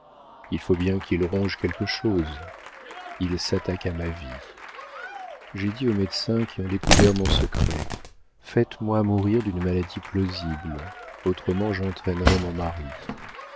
il faut bien qu'il ronge quelque chose il s'attaque à ma vie j'ai dit aux médecins qui ont découvert mon secret faites-moi mourir d'une maladie plausible autrement j'entraînerais mon mari